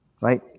right